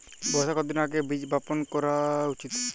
বর্ষার কতদিন আগে বীজ বপন করা উচিৎ?